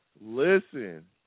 Listen